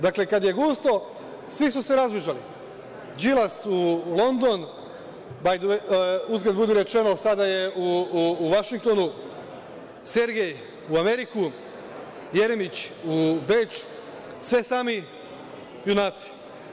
Dakle, kada je gusto svi su se razbežali, Đilas u London, uzgred budi rečeno, sada je u Vašingtonu, Sergej u Ameriku, Jeremić u Beč, sve sami junaci.